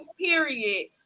period